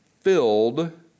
filled